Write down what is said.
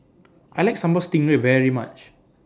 I like Sambal Stingray very much